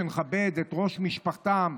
שנכבד את ראש משפחתם,